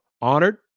honored